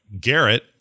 garrett